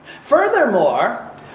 Furthermore